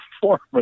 performance